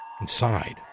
inside